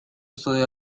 estoy